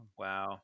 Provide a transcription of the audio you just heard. Wow